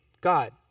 God